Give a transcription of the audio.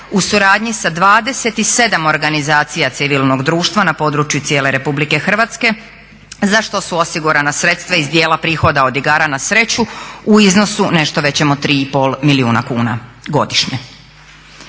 u suradnji sa 27 organizacija civilnog društva na području cijele Republike Hrvatske za što su osigurana sredstva iz dijela prihoda od igara na sreću u iznosu nešto većem od 3 i pol milijuna kuna godišnje.